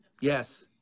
Yes